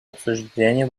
обсуждении